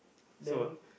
then